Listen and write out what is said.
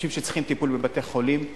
אנשים שצריכים טיפול בבתי-חולים,